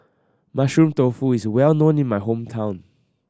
Mushroom Tofu is well known in my hometown